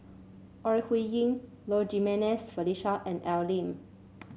Ore Huiying Low Jimenez Felicia and Al Lim